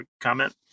comment